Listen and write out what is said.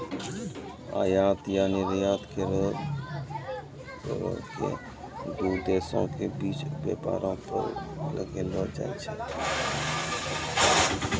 आयात या निर्यात करो के दू देशो के बीच व्यापारो पर लगैलो जाय छै